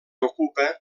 ocupa